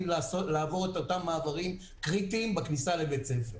לעבור את אותם מעברים קריטיים בכניסה לבית הספר,